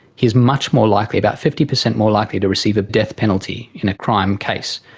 he is much more likely, about fifty percent more likely to receive a death penalty in a crime case.